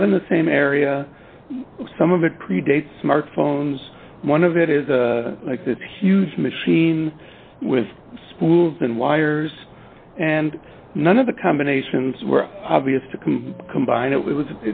not in the same area some of it predates smartphones one of it is like this huge machine with spools and wires and none of the combinations were obvious to come combine it was